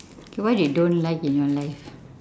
okay what you don't like in your life